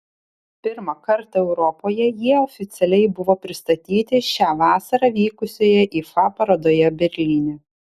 pirmą kartą europoje jie oficialiai buvo pristatyti šią vasarą vykusioje ifa parodoje berlyne